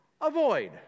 Avoid